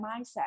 mindset